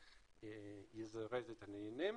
יזרז את העניינים.